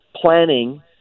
planning